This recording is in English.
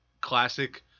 classic